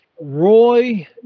Roy